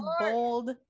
bold